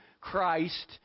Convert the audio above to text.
Christ